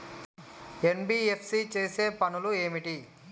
NBFC చేసే పనులు ఏమిటి?